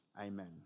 amen